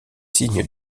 signes